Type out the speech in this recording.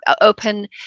open